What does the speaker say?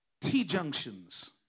T-junctions